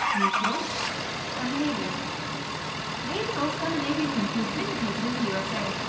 mytost scandinavia made in all scandinavian countries and imitated in the u s a.